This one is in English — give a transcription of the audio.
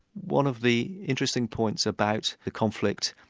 one of the interesting points about the conflict,